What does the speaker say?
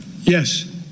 Yes